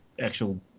actual